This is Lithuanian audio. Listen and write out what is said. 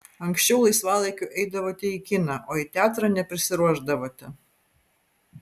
anksčiau laisvalaikiu eidavote į kiną o į teatrą neprisiruošdavote